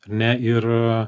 ar ne ir a